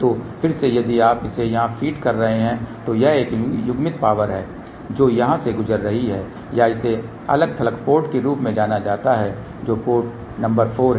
तो फिर से यदि आप इसे यहाँ फीड कर रहे हैं तो यह युग्मित पावर है जो यहाँ से गुजर रही है या इसे अलग थलग पोर्ट के रूप में जाना जाता है जो पोर्ट नंबर 4 है